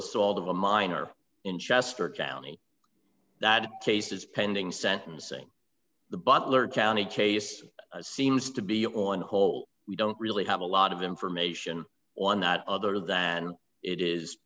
assault of a minor in chester county that case is pending sentencing the butler county case seems to be on whole we don't really have a lot of information on that other than it is